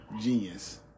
genius